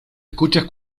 escuchas